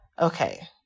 okay